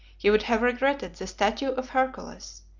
he would have regretted the statue of hercules,